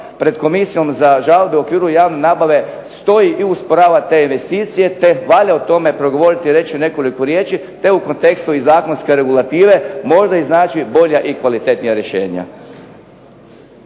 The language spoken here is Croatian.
pred Komisijom za žalbe u okviru javne nabave stoji i usporava te investicije, te valja o tome progovoriti i reći nekoliko riječi, te u kontekstu i zakonske regulative možda i znači bolja i kvalitetnija rješenja.